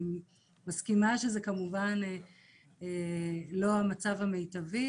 אני מסכימה שזה לא המצב המיטבי,